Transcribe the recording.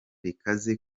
rikaza